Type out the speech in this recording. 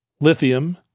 lithium